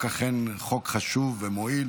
בקריאה הטרומית ותעבור לוועדת העבודה